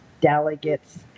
delegates